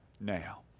now